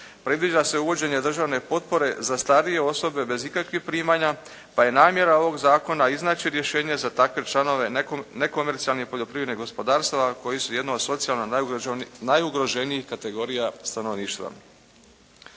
predviđa se uvođenje državne potpore za starije osobe bez ikakvih primjera, pa je namjera ovoga zakona iznaći rješenje za takve članove nekomercijalne poljoprivrednih gospodarstava koji su jedno o socijalnih najugroženijih kategorija stanovništva.